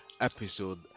episode